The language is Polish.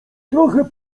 trochę